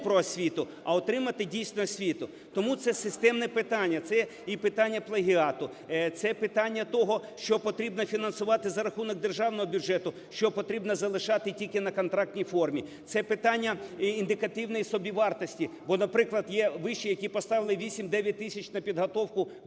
про освіту, а отримати дійсно освіту. Тому це системне питання. Це і питання плагіату, це питання того, що потрібно фінансувати за рахунок державного бюджету, що потрібно залишати тільки на контрактній формі, це питання індикативної собівартості. Бо, наприклад, є виші, які поставили 8-9 тисяч на підготовку